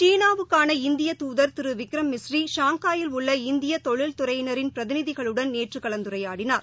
சீனாவுக்காள இந்திய துதர் திருவிக்ரம் மிஸ்றி ஷாங்காயில் உள்ள இந்தியதொழில் துறையினரின் பிரதிநிதிகளுடன் நேற்றுகலந்துரையாடினார்